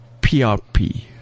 PRP